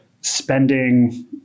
spending